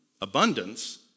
abundance